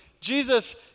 Jesus